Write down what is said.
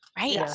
Right